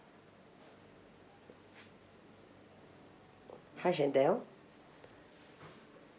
hi shantel